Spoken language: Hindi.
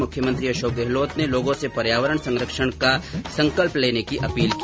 मुख्यमंत्री अशोक गहलोत ने लोगों से पर्यावरण संरक्षण का संकल्प लेने की अपील की